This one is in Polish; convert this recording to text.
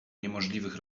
niemożliwych